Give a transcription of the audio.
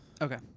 Okay